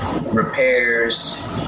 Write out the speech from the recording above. repairs